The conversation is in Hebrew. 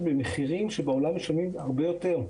במחירים שבעולם משלמים עליהן הרבה יותר.